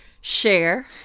share